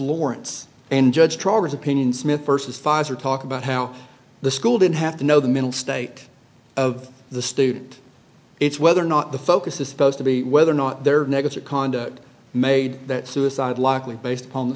lawrence and judge trawlers opinion smith versus foster talk about how the school didn't have to know the middle stake of the student it's whether or not the focus is supposed to be whether or not there are negative conduct made that suicide lockley based upon the